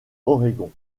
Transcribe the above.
oregon